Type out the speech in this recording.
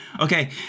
Okay